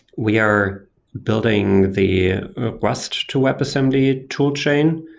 we are building the rust to webassembly tool chain,